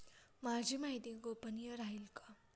माझी माहिती गोपनीय राहील का?